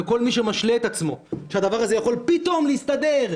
וכל מי שמשלה את עצמו שהדבר הזה יכול פתאום להסתדר,